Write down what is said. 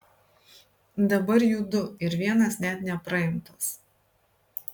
dabar jų du ir vienas net nepraimtas